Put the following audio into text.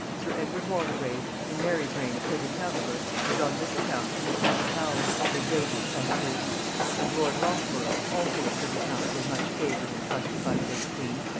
sir edward waldegrave, in mary's reign a privy-councillor, was on this account committed to the tower, with his lady and some others and lord loughborough, also a privy-councillor much favored and trusted by the late queen,